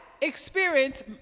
experience